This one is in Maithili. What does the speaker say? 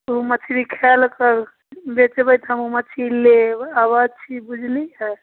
ओ मछली खाएल करू बेचबै तऽ हमहूँ मछली लेबऽ अबै छी बुझलिए